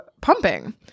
pumping